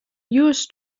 yours